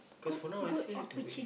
cause for now I still have to wait you know